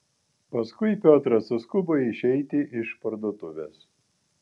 paskui piotras suskubo išeiti iš parduotuvės